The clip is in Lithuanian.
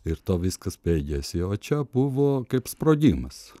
ir tuo viskas baigiasi o čia buvo kaip sprogimas